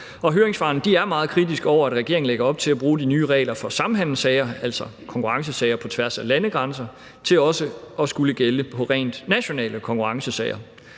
Høringssvarene er meget kritiske over for, at regeringen lægger op til at bruge de nye regler for samhandelssager, altså konkurrencesager på tværs af landegrænser, til også at skulle gælde i forhold til rent nationale konkurrencesager.